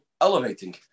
elevating